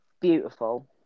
beautiful